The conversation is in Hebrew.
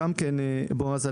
בועז,